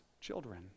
children